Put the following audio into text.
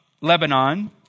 Lebanon